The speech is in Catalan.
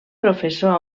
professor